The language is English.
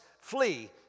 flee